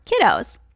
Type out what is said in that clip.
kiddos